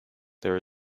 there